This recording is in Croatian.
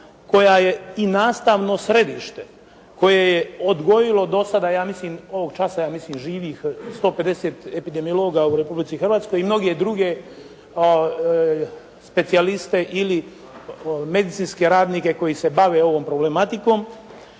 koja je i nastavno središte koje je odgojilo do sada ja mislim ovog časa, ja mislim živih 150 epidemiologa u Republici Hrvatskoj i mnoge druge specijaliste ili medicinske radnike koji se bave ovom problematikom.